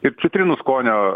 ir citrinų skonio